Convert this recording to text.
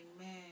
Amen